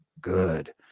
good